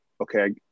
okay